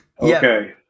Okay